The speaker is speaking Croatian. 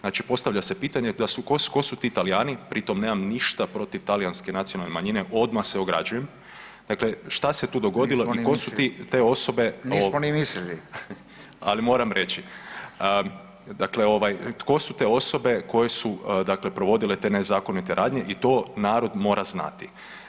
Znači, postavlja se pitanje da su, ko su, ko su ti Talijani, pri tom nemam ništa protiv talijanske nacionalne manjine, odmah se ograđujem [[Upadica: Nismo ni mislili]] dakle šta se tu dogodilo i ko su ti, te osobe [[Upadica: Nismo ni mislili]] ali moram reći, dakle ovaj tko su te osobe koje su dakle provodile te nezakonite radnje i to narod mora znati.